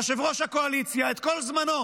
יושב-ראש הקואליציה משקיע את כל זמנו